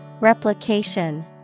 Replication